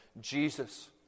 Jesus